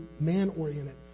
man-oriented